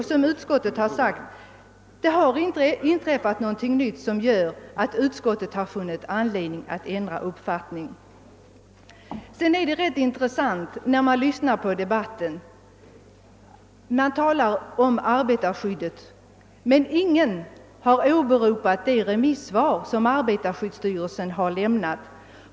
Såsom utskottet framhållit, har det inte inträffat något nytt som föranleder utskottet att ändra uppfattning. Det är vidare ganska intressant att lyssna på denna debatt, där man talar om arbetarskyddet men där ingen har åberopat arbetarskyddsstyrelsens remissyttrande.